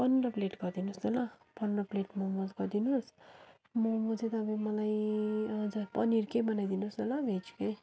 पन्ध्र प्लेट गरिदिनुहोस् न ल पन्ध्र प्लेट मोमो गरिदिनुहोस् मोमो चाहिँ तपाईँ मलाई हजुर पनीरकै बनाइदिनुहोस् न ल भेजकै